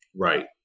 Right